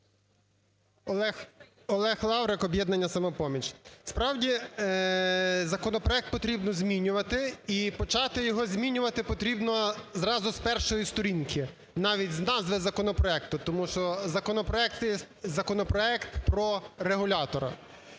Олег Лаврик, "Об'єднання "Самопоміч". Справді, законопроект потрібно змінювати. І почати його змінювати зразу з першої сторінки, навіть з назви законопроекту, тому що законопроект про регулятора.